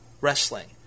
wrestling